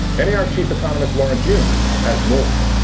and nar chief economist lawrence yun has more.